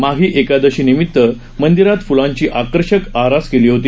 माघी एकादशी निमित मंदिरात फुलांची आकर्षक आरास केली होती